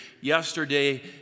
yesterday